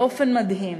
באופן מדהים.